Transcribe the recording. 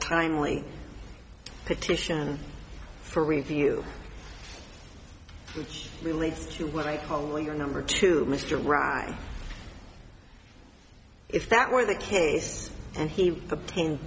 timely petition for review which relates to what i call your number two mr ryan if that were the case and he